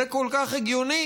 זה כל כך הגיוני,